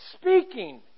speaking